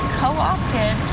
co-opted